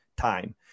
time